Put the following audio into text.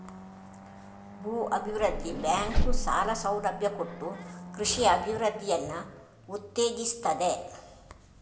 ಭೂ ಅಭಿವೃದ್ಧಿ ಬ್ಯಾಂಕು ಸಾಲ ಸೌಲಭ್ಯ ಕೊಟ್ಟು ಕೃಷಿಯ ಅಭಿವೃದ್ಧಿಯನ್ನ ಉತ್ತೇಜಿಸ್ತದೆ